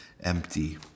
empty